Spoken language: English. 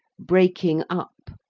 breaking up,